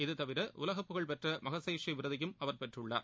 இது தவிர உலகப்புகழ்பெற்ற மகஸேஷே விருதையும் அவர் பெற்றுள்ளார்